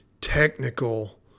technical